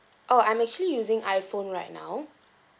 oh I'm actually using iphone right now